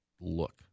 look